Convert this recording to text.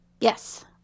Yes